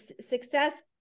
success